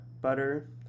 butter